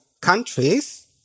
countries